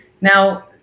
Now